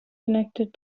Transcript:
connected